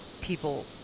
people